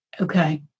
Okay